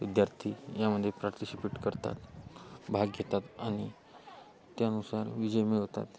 विद्यार्थी यामध्ये पार्टिसिपेट करतात भाग घेतात आणि त्यानुसार विजय मिळवतात